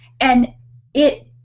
and it